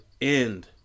end